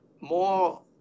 more